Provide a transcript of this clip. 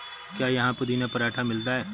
क्या यहाँ पुदीना पराठा मिलता है?